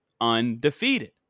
undefeated